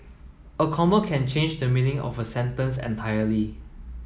a comma can change the meaning of a sentence entirely